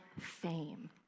fame